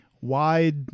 wide